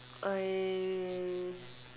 I